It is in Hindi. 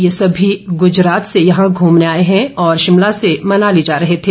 ये सभी गुजरात से यहां घूमने आए हैं और शिमला से मनाली जा रहे थे